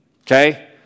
Okay